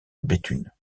béthune